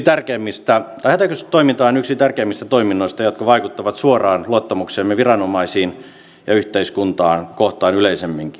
hätäkeskustoiminta on yksi tärkeimmistä toiminnoista jotka vaikuttavat suoraan luottamukseemme viranomaisiin ja yhteiskuntaa kohtaan yleisemminkin